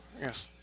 Yes